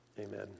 amen